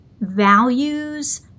values